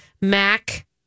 Mac